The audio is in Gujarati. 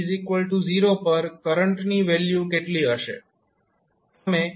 તો સમય t0 પર કરંટની વેલ્યુ કેટલી હશે